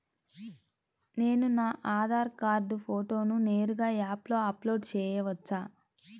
నేను నా ఆధార్ కార్డ్ ఫోటోను నేరుగా యాప్లో అప్లోడ్ చేయవచ్చా?